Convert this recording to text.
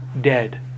dead